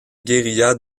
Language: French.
guérilla